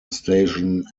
station